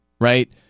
right